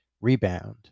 rebound